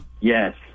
Yes